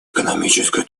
экономической